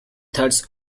thirds